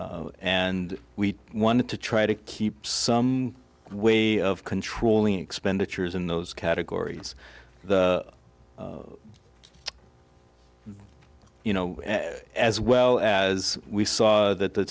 and we wanted to try to keep some way of controlling expenditures in those categories you know as well as we saw that the